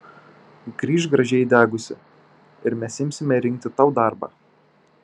grįžk gražiai įdegusi ir mes imsime rinkti tau darbą